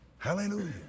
Hallelujah